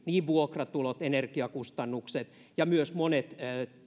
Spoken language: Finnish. niin vuokramenot energiakustannukset ja myös monet